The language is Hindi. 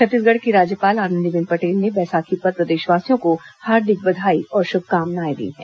छत्तीसगढ़ की राज्यपाल आनंदीबेन पटेल ने बैसाखी पर प्रदेशवासियों को हार्दिक बधाई और शुभकामनाएं दी हैं